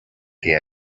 que